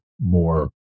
more